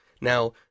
Now